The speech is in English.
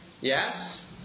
Yes